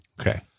Okay